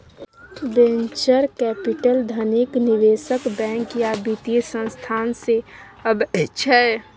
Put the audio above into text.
venture capital धनिक निबेशक, bank या बित्तीय संस्थान सँ अबै छै